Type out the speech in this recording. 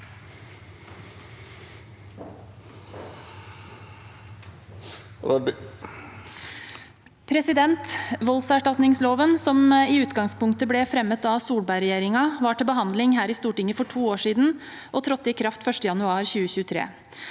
Voldserstat- ningsloven, som i utgangspunktet ble fremmet av Solberg-regjeringen, var til behandling her i Stortinget for to år siden og trådte i kraft 1. januar 2023.